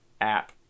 app